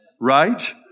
right